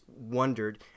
wondered